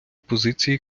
позиції